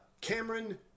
Cameron